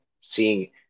seeing